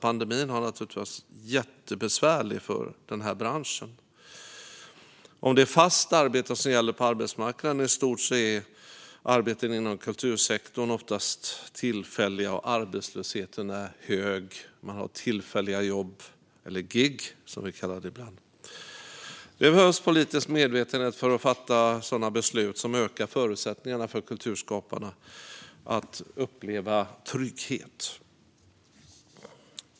Pandemin har naturligtvis varit jättebesvärlig för den här branschen. Om det är fast arbete som gäller på arbetsmarknaden i stort är arbeten inom kultursektorn oftast tillfälliga, och arbetslösheten är hög. Man har tillfälliga jobb, eller gig som vi kallar det ibland. Det behövs politisk medvetenhet för att fatta sådana beslut som ökar förutsättningarna för kulturskaparna att uppleva trygghet.